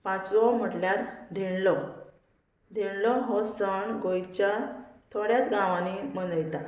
पांचवो म्हटल्यार धेणलो धेणलो हो सण गोंयच्या थोड्याच गांवांनी मनयता